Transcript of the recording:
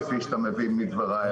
כפי שאתה מבין מדברי,